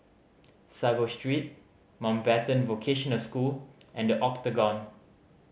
Sago Street Mountbatten Vocational School and The Octagon